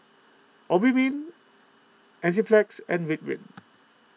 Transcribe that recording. Obimin Enzyplex and Ridwind